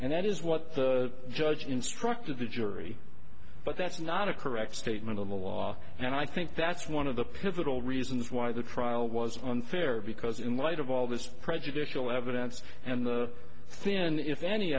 and that is what the judge instructed the jury but that's not a correct statement on the law and i think that's one of the pivotal reasons why the trial was unfair because in light of all this prejudicial evidence and the thin if any